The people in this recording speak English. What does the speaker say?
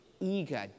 eager